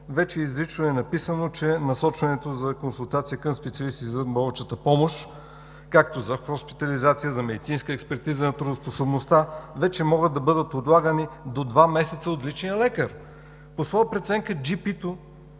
вече изрично е написано, че насочването за консултация към специалист в извънболничната помощ, както за хоспитализация, за медицинска експертиза на трудоспособността, вече могат да бъдат отлагани до два месеца от личния лекар. По своя преценка джипито